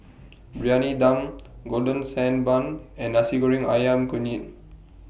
Briyani Dum Golden Sand Bun and Nasi Goreng Ayam Kunyit